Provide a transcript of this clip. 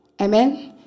Amen